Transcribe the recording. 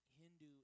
Hindu